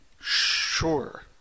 Sure